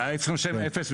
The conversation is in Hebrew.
היה אפשר לשלם אפס,